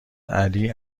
علی